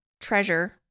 treasure